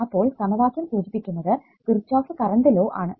അപ്പോൾ സമവാക്യം സൂചിപ്പിക്കുന്നത് കിർച്ചോഫ് കറണ്ട് ലോ ആണ്